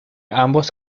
ambos